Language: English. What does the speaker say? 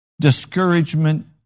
discouragement